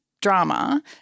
drama